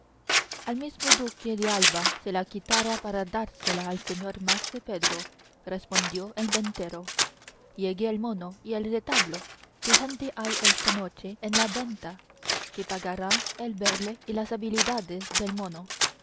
al mismo duque de alba se la quitara para dársela al señor mase pedro respondió el ventero llegue el mono y el retablo que gente hay esta noche en la venta que pagará el verle y las habilidades del mono